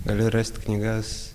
gali rasti knygas